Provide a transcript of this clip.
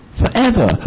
forever